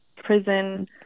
prison